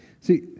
See